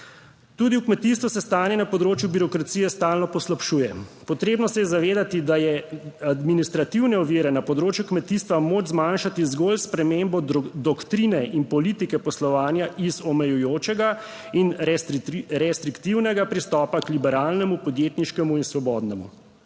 Tudi v kmetijstvu se stanje na področju birokracije stalno poslabšuje. Potrebno se je zavedati, da je administrativne ovire na področju kmetijstva moč zmanjšati zgolj s spremembo doktrine in politike poslovanja iz omejujočega in restriktivnega pristopa k liberalnemu podjetniškemu in svobodnemu.